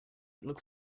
looks